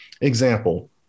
example